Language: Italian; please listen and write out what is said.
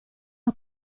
una